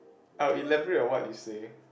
I'll elaborate on what you say